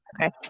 Okay